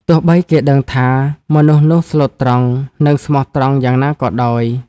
ទោះបីគេដឹងថា មនុស្សនោះស្លូតត្រង់ និងស្មោះត្រង់យ៉ាងណាក៏ដោយ ។